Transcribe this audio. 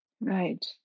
Right